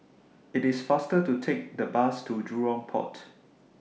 IT IS faster to Take The Bus to Jurong Port